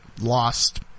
lost